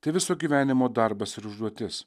tai viso gyvenimo darbas ir užduotis